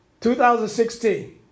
2016